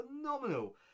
phenomenal